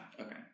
Okay